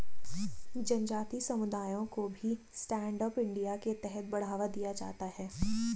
जनजाति समुदायों को भी स्टैण्ड अप इंडिया के तहत बढ़ावा दिया जाता है